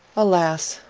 alas,